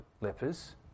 lepers